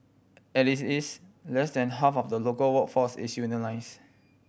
at it is less than half of the local workforce is unionise